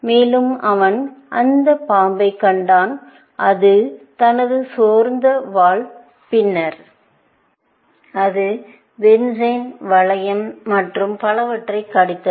மேலும் அவன் இந்த பாம்பைக் கண்டான் இது தனது சொந்த வால் பின்னர் அது பென்சீன்வளையம் மற்றும் பலவற்றை கடித்தது